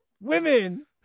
Women